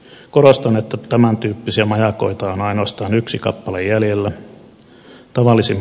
korostan että tämäntyyppisiä majakoita on ainoastaan yksi kappale jäljellä